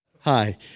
Hi